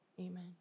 Amen